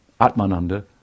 Atmananda